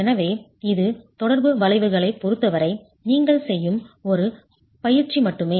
எனவே இது தொடர்பு வளைவுகளைப் பொருத்தவரை நீங்கள் செய்யும் ஒரு பயிற்சி மட்டுமே